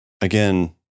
again